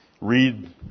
read